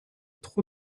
trop